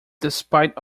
despite